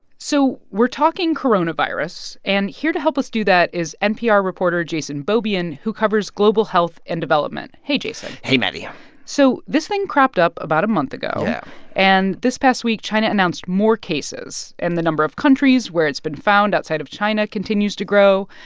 so we're talking coronavirus. and here to help us do that is npr reporter jason beaubien, who covers global health and development hey, jason hey, maddie so this thing cropped up about a month ago yeah and this past week, china announced more cases. and the number of countries where it's been found outside of china continues to grow.